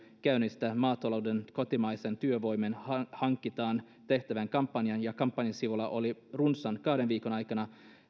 käynnisti maatalouden kotimaisen työvoiman hankintaan tähtäävän kampanjan ja kampanjasivuilla oli runsaan kahden viikon aikana